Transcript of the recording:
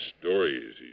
stories